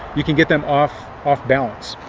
you can get them off off balance.